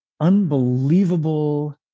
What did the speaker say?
unbelievable